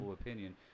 opinion